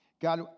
God